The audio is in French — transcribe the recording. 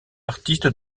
artiste